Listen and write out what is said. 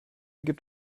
gibt